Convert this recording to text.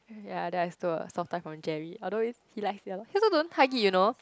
ya then I stole a soft toy from Jerry although he likes it a lot he also don't hug it you know